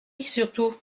surtout